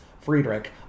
Friedrich